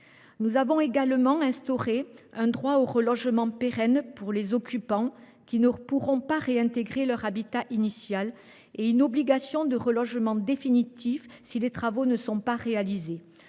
Nous avons également instauré un droit au relogement pérenne pour les occupants qui ne pourront pas réintégrer leur habitat initial, et une obligation de relogement définitif, si les travaux ne sont pas réalisés.